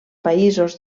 països